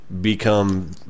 become